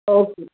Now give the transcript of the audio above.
okay